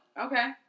Okay